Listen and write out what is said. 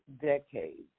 decades